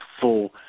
full